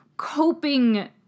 coping